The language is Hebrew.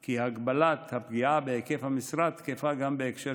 כי הגבלת הפגיעה בהיקף המשרה תקפה גם בהקשר